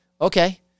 Okay